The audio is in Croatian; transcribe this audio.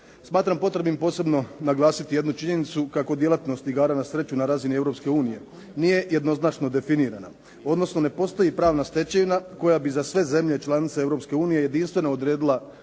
Smatram potrebnim posebno naglasiti jednu činjenicu kako djelatnost igara na sreću na razini Europske unije nije jednoznačno definirana. Odnosno ne postoji pravna stečevina koja bi za sve zemlje članice Europske unije jedinstveno odredila